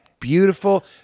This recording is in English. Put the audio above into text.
beautiful